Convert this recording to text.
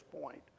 point